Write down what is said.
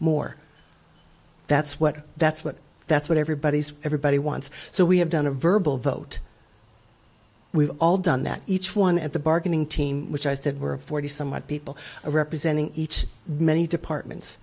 more that's what that's what that's what everybody's everybody wants so we have done a verbal vote we've all done that each one at the bargaining team which i said were forty some odd people representing each many departments